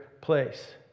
place